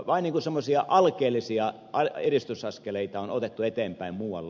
vain semmoisia alkeellisia edistysaskeleita on otettu eteenpäin muualla